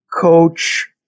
coach